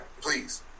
Please